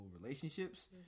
relationships